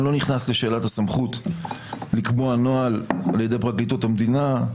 אני לא נכנס לשאלת הסמכות לקבוע נוהל על ידי פרקליטות המדינה,